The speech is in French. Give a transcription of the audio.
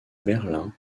berlin